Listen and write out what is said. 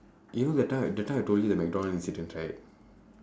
you know that time that time I told you that mcdonald incident right